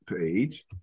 page